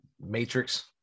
Matrix